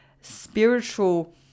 spiritual